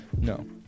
No